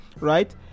right